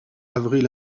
avril